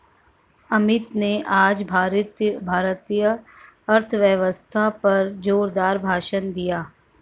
अमित ने आज भारतीय अर्थव्यवस्था पर जोरदार भाषण दिया